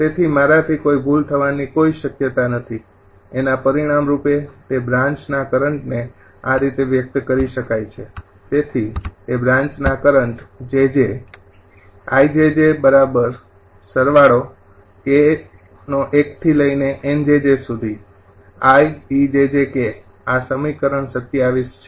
તેથી મારાથી કોઈ ભૂલ થવાની કોઈ શક્યતા નથીએના પરિણામ રૂપે તે બ્રાન્ચ ના કરંટ ને આ રીતે વ્યક્ત કરી શકાય છે તેથી તે બ્રાન્ચ ના કરંટ 𝑗𝑗 આ સમીકરણ ૨૭ છે